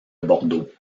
bordeaux